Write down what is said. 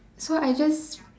so I just